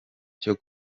cyo